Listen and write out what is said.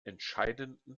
entscheidenden